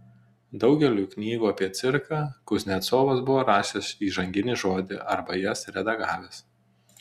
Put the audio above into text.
daugeliui knygų apie cirką kuznecovas buvo rašęs įžanginį žodį arba jas redagavęs